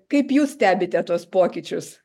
kaip jūs stebite tuos pokyčius